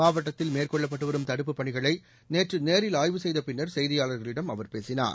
மாவட்டத்தில் மேற்கொள்ளப்பட்டு வரும் தடுப்புப் பணிகளை நேற்று நேரில் ஆய்வு செய்தபின்னர் செய்தியாளர்களிடம் அவர் பேசினார்